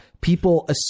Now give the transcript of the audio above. people